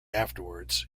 afterwards